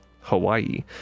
Hawaii